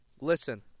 Listen